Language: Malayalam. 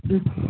ഉം